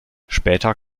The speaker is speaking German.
später